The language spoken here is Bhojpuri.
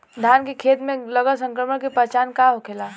धान के खेत मे लगल संक्रमण के पहचान का होखेला?